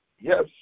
yes